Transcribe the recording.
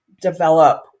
develop